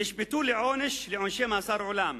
נשפטו לעונשי מאסר עולם.